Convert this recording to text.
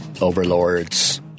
overlords